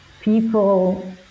people